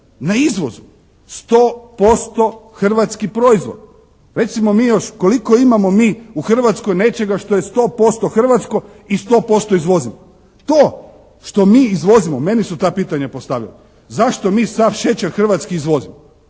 na izvozu. Sto posto hrvatski proizvod. Recimo mi još koliko imamo mi u Hrvatskoj nečega što je sto posto hrvatsko i sto posto izvozimo. To što mi izvozimo meni su ta pitanja postavili zašto mi sav šećer hrvatski izvozimo.